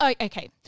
okay